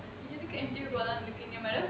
ya look at N_T_U இருக்கீங்க:irukeenga madam